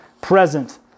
present